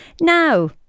Now